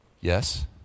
Yes